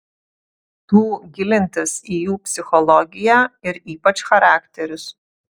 tų gilintis į jų psichologiją ir ypač charakterius